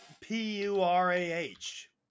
P-U-R-A-H